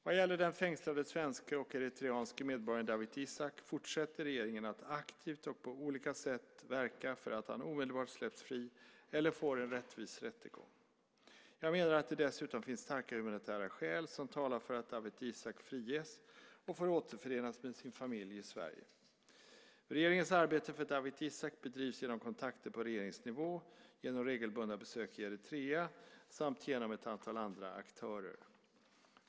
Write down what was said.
Vad gäller den fängslade svenske och eritreanske medborgaren Dawit Isaak fortsätter regeringen att aktivt och på olika sätt verka för att han omedelbart släpps fri eller får en rättvis rättegång. Jag menar att det dessutom finns starka humanitära skäl som talar för att Dawit Isaak friges och får återförenas med sin familj i Sverige. Regeringens arbete för Dawit Isaak bedrivs genom kontakter på regeringsnivå, genom regelbundna besök i Eritrea samt genom ett antal andra aktörer.